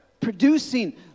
Producing